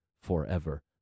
forever